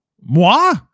Moi